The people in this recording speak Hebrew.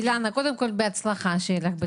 אילנה, קודם כל שיהיה לך בהצלחה בתפקיד.